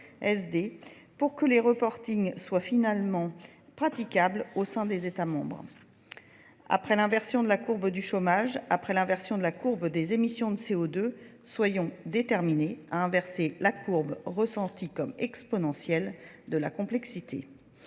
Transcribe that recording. pour que les reportings soient finalement praticables au sein des États membres. Après l'inversion de la courbe du chômage, après l'inversion de la courbe des émissions de CO2, soyons déterminés à inverser la courbe ressentie comme exponentielle de la complexité.